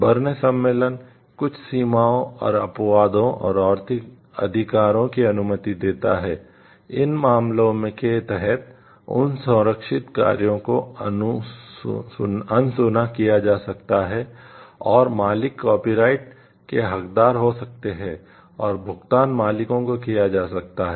burn के हकदार हो सकते हैं और भुगतान मालिकों को किया जा सकता है